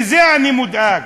מזה אני מודאג.